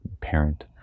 parent